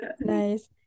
Nice